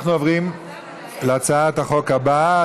אנחנו עוברים להצעת החוק הבאה,